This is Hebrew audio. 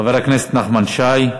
חבר הכנסת נחמן שי,